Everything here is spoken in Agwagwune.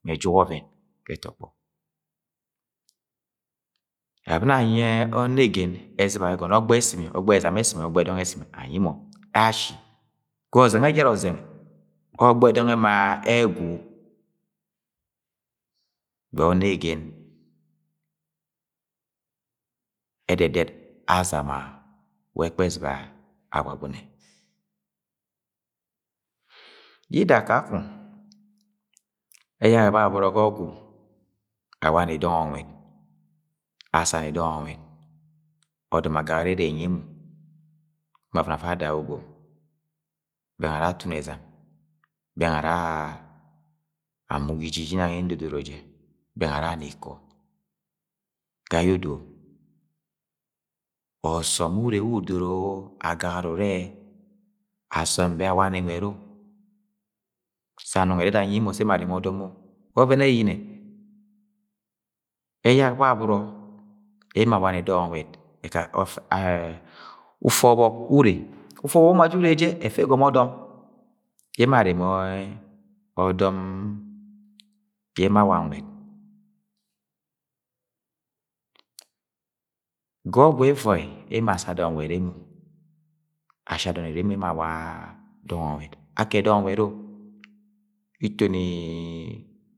Mẹ ẹjuk ọvẹn ga ẹtọgbọ, ebani yẹ anyi onegen ẹzɨiba ẹgọnọ ọgba ẹsimi ọgba ẹzam ẹsimi ọgba ẹdọng esimi anyi mọ ashi, ga ọzẹng ejara ọzẹng ọgba edọng ema ẹgwu gbai onegen, ẹdẹdẹt azam we ẹkpẹ ẹzɨba Agwagune. Yida kakọng ẹyak ẹbabọrọ ga ọgwu awa ni dọng nwet asani dong ẹ nwẹt ọdọm agagara ere ẹnyi emo, emo afuni afa ada ugom bẹng ara atun ẹzam bẹng ara amuga iji je inang yẹ ndodoro jẹ bẹng ara ana ikọ gayẹ odo ọsọm bẹ awani nwẹt-o, sang nọngo ẹdada anyi emo sẹ emo areme ọdọm-o wa ọvẹn eyiyinẹ ẹyak babọrọ emo awani dọng nwẹt ufẹ ọbọk ure, ufẹ obok uma ure jẹ ẹfẹ ẹgọmọ ọdọm yẹ emo awa nwẹt ga ogwu ẹvọi emo asa dong nwẹt emo ashi adọn ere emo ye emo awa dọng nwẹt ake dong nwet o! Itoni-i-i.